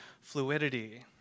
fluidity